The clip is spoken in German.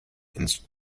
ins